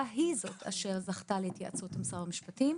היא זו אשר זכתה להתייעצות עם שר המשפטים.